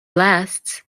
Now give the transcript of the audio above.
blasts